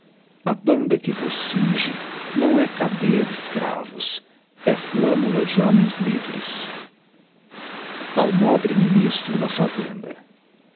a banda que vos cinge não é cadeia de escravos é flammula de homens livres ao nobre ministro da fazenda